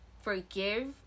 forgive